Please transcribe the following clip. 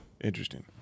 Interesting